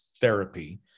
therapy